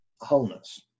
wholeness